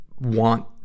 want